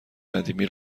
قدیمی